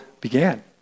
began